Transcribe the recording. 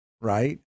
right